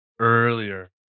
earlier